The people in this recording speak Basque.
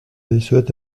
dizuet